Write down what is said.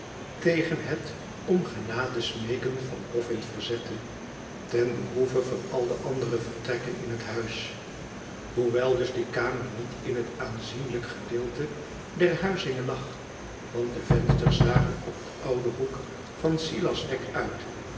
tegen het om genade smeeken van bofön verzette ten behoeve van al de andere vertrekken in het huis hoewel dus die kamer niet in het aanzienlijk gedeelte der huizinge lag want de vensters zagen op den ouden hoek van silas wegg uit